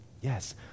Yes